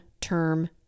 term